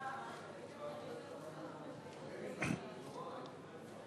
משה גפני ואורי מקלב לסעיף